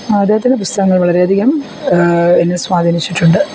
അദ്ദേഹത്തിൻ്റെ പുസ്തകങ്ങൾ വളരെ അധികം എന്നെ സ്വാധീനിച്ചിട്ടുണ്ട്